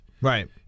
Right